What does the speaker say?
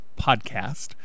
podcast